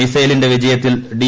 മിസൈലിന്റെ വിജയത്തിൽ ഡി